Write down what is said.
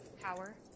power